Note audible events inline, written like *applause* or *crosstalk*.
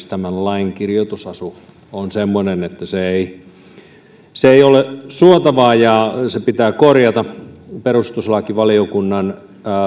*unintelligible* tämän lain kirjoitusasu on semmoinen että se ei se ei ole suotavaa ja se pitää korjata perustuslakivaliokunnan